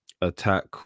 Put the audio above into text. attack